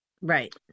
Right